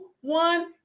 one